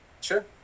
Sure